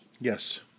Yes